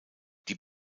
die